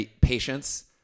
Patience